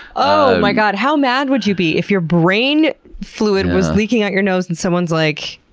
oh my god! how mad would you be if your brain fluid was leaking out your nose and someone's like,